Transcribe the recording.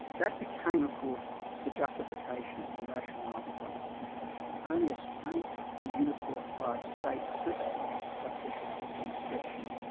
that became of course the justification and rationale for public education, and only ah so um a ah unified state system subjected to to inspection,